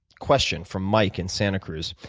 question from mike in santa cruz.